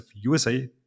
USA